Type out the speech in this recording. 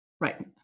Right